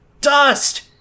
dust